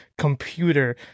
computer